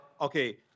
Okay